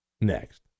next